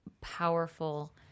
powerful